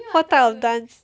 what type of dance